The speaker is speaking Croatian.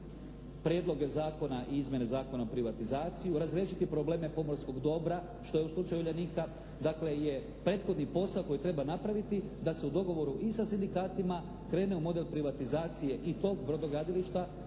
prijedloge zakona izmjene Zakona o privatizaciji. Razriješiti probleme pomorskog dobra, što je u slučaju "Uljanika", dakle je prethodni posao koji treba napraviti da se u dogovoru i sa sindikatima krene u model privatizacije i tog brodogradilišta